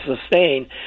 sustain